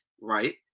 right